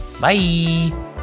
Bye